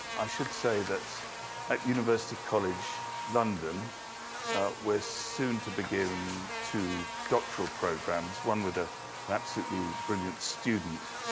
i should say that at university college london we're soon to begin two doctoral programs, one with ah an absolutely brilliant student.